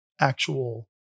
actual